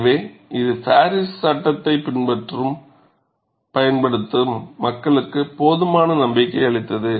எனவே இது பாரிஸ் சட்டத்தைப் பின்பற்றவும் பயன்படுத்தவும் மக்களுக்கு போதுமான நம்பிக்கையை அளித்தது